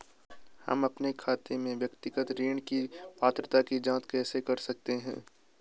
हम अपने खाते में व्यक्तिगत ऋण की पात्रता की जांच कैसे कर सकते हैं?